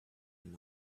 one